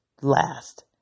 last